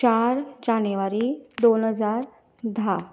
चार जानेवारी दोन हजार धा